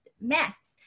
masks